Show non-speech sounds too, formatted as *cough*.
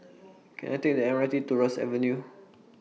*noise* Can I Take The M R T to Ross Avenue